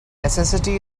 necessity